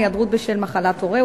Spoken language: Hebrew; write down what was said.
היעדרות בשל מחלת הורה,